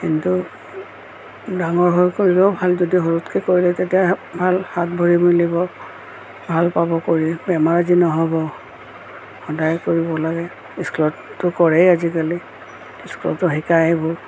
কিন্তু ডাঙৰ হৈ কৰিলেও ভাল যদি সৰুতকৈ কৰিলে তেতিয়া ভাল হাত ভৰি মেলিব ভাল পাব কৰি বেমাৰ আদি নহ'ব সদায় কৰিব লাগে স্কুলততো কৰেই আজিকালি স্কুলতো শিকাই এইবোৰ